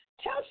Tell